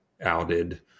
outed